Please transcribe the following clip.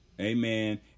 amen